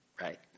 Right